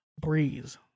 breeze